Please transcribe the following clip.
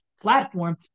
Platform